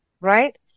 right